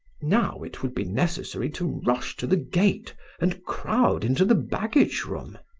now it would be necessary to rush to the gate and crowd into the baggage room!